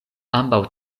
ambaŭ